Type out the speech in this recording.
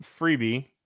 freebie